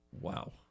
wow